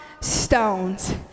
stones